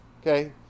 Okay